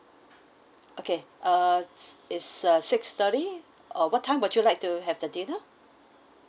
okay uh it's it's uh six thirty or what time would you like to have the dinner